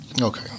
okay